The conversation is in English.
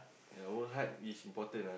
your old heart is important ah